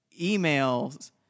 emails